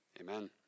amen